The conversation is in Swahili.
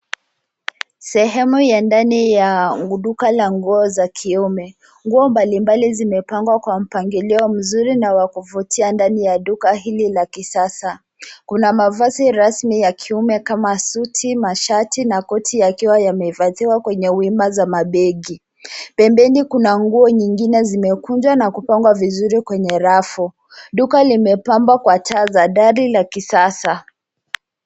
Sehemu ya ndani ya duka la nguo za kijamii. Nguo mbalimbali zimepangwa kwa mpangilio mzuri unaoendana na muonekano wa ndani wa duka hili la kisasa. Kuna mavazi rasmi ya kijamii kama vile suti, mashati na makoti yaliyowekwa kwenye wima za mabegi. Pembeni, kuna nguo nyingine zimekunjwa na kupangwa vizuri kwenye rafu. Duka limepambwa kwa muundo wa kisasa. Asante kwa kutazama!